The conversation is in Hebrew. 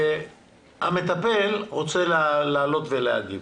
המטפל רוצה להגיב.